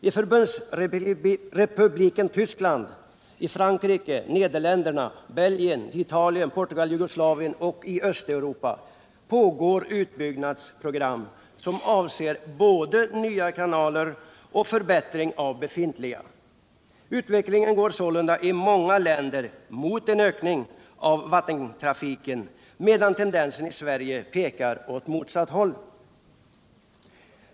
I Förbundsrepubliken Tyskland, Frankrike, Nederländerna, Belgien, Italien, Portugal, Jugoslavien och i Östeuropa pågår utbyggnadsprogram, som avser både nya kanaler och förbättring av befintliga. Utvecklingen går sålunda i många länder mot en ökning av vattentrafiken, medan tendensen i Sverige pekar åt motsatt håll.